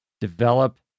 develop